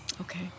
Okay